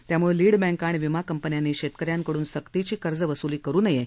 त्यामुळे लीड बँका आणि विमा कंपन्यांनी शेतकऱ्यांकडून सक्तीची कर्ज वसूली करु नये